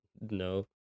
No